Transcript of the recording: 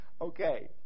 Okay